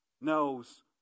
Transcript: knows